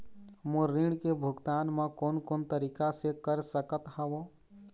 मोर ऋण के भुगतान म कोन कोन तरीका से कर सकत हव?